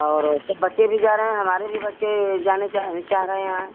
और सब बच्चे भी जा रहे हैं हमारे भी बच्चे जाने चाह चाह रहे हैं